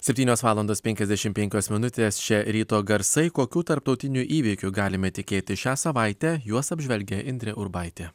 septynios valandos penkiasdešimt penkios minutės čia ryto garsai kokių tarptautinių įvykių galime tikėtis šią savaitę juos apžvelgia indrė urbaitė